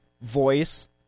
voice